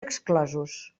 exclosos